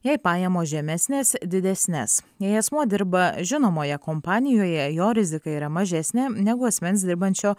jei pajamos žemesnės didesnes jei asmuo dirba žinomoje kompanijoje jo rizika yra mažesnė negu asmens dirbančio